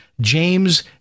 James